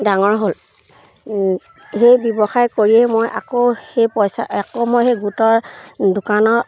ডাঙৰ হ'ল সেই ব্যৱসায় কৰিয়েই মই আকৌ সেই পইচা আকৌ মই সেই গোটৰ দোকানৰ